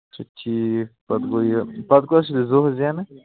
اَچھا ٹھیٖک پتہٕ گوٚو یہِ پتہٕ